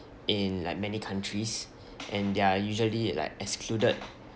in like many countries and they're usually like excluded